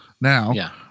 now